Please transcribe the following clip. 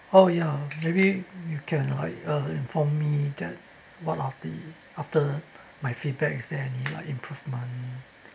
oh yeah maybe you can like uh inform me that what are the after my feedback is there like any improvement